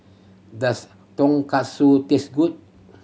does Tonkatsu taste good